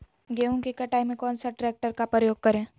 गेंहू की कटाई में कौन सा ट्रैक्टर का प्रयोग करें?